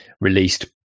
released